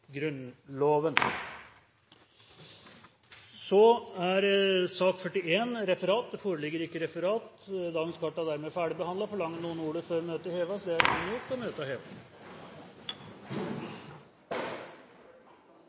Grunnloven. Det foreligger ikke noe referat. Dermed er sakene på dagens kart ferdigbehandlet. Forlanger noen ordet før møtet heves? – Møtet er